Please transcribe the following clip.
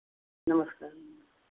नमस्कार